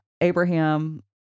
Abraham